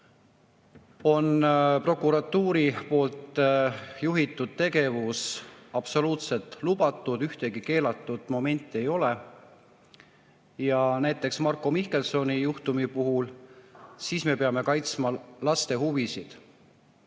on prokuratuuri poolt juhitud tegevus absoluutselt lubatud, ühtegi keelatud momenti ei ole. Aga näiteks Marko Mihkelsoni juhtumi puhul me peame kaitsma laste huvisid.